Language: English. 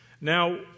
Now